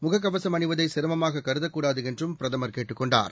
முககவசம் அணிவதைசிரமமாககருதக்கூடாதுஎன்றும் பிரதமர் கேட்டுக் கொண்டார்